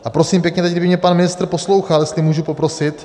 A prosím pěkně, teď kdyby mě pan ministr poslouchal, jestli můžu poprosit...